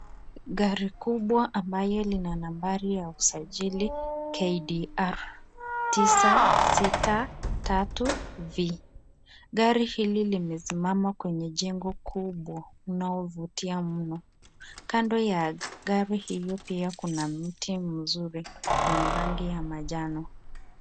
Gari kubwa ambayo ikona nambari ya usajili KDR 963V.Gari hili limesimama kwenye jengo kubwa ambalo huvutia mno kando ya gari hili ni lacrangi ya manjano.